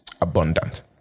abundant